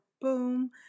Boom